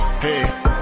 Hey